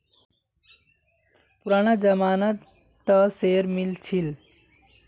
पुराना जमाना त शेयर मिल छील